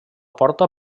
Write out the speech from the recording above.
porta